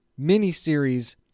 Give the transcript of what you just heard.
miniseries